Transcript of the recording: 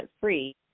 free